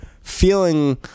feeling